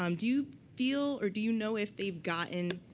um do you feel or do you know if they've gotten,